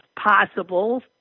possible